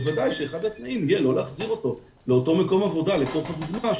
בוודאי שאחד התנאים יהיה לא להחזיר אותו לאותו מקום עבודה לצורך הדוגמה,